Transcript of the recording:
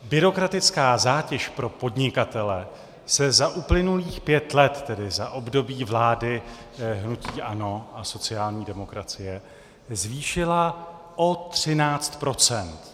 Byrokratická zátěž pro podnikatele se za uplynulých pět let, tedy za období vlády hnutí ANO a sociální demokracie, zvýšila o 13 %.